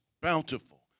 bountiful